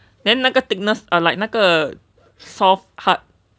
then 那个 thickness are like 那个 soft hard